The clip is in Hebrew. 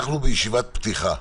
אנחנו בישיבת פתיחה.